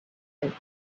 and